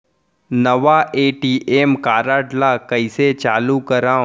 नवा ATM card ल कइसे चालू करव?